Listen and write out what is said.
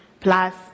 plus